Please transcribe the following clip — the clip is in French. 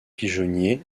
pigeonnier